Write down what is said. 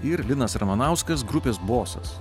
ir linas ramanauskas grupės bosas